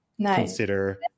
consider